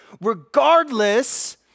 regardless